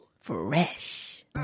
fresh